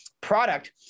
Product